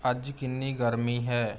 ਅੱਜ ਕਿੰਨੀ ਗਰਮੀ ਹੈ